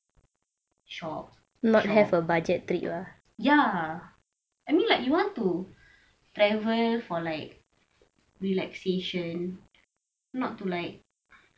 shop shop ya I mean like you want to travel for like relaxation not to like